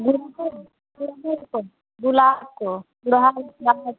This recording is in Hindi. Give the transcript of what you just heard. गुड़हल गुड़हल को गुलाब को गुड़हल गुलाब